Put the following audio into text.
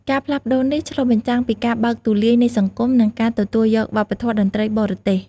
ការផ្លាស់ប្តូរនេះឆ្លុះបញ្ចាំងពីការបើកទូលាយនៃសង្គម និងការទទួលយកវប្បធម៌តន្ត្រីបរទេស។